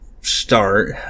start